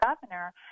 governor